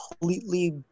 Completely